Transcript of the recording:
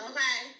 Okay